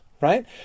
right